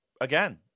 again